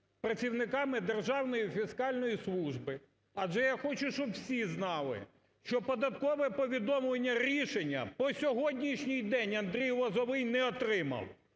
працівниками Державної фіскальної служби, адже я хочу, щоб всі знали, що податкове повідомлення-рішення по сьогоднішній день Андрій Лозовой не отримав.